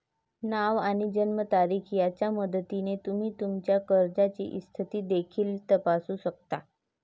नाव आणि जन्मतारीख यांच्या मदतीने तुम्ही तुमच्या कर्जाची स्थिती देखील तपासू शकता